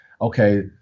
Okay